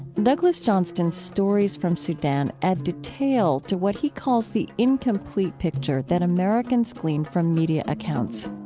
douglas johnston's stories from sudan add detail to what he calls the incomplete picture that americans glean from media accounts